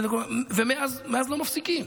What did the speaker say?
ומאז הם לא מפסיקים.